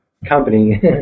company